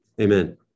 Amen